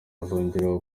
uzongera